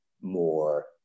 more